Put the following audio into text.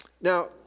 Now